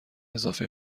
اضافه